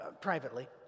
privately